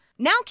Now